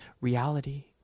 reality